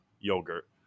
yogurt